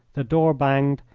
the door banged,